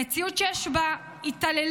המציאות שיש בה התעללות,